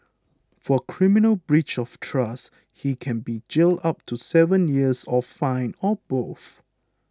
for criminal breach of trust he can be jailed up to seven years or fined or both